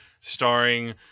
starring